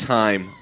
time